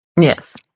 Yes